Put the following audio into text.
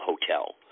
Hotel